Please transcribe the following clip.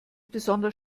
besonders